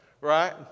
right